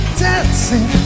dancing